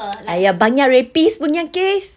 !aiya! banyak rapist punya case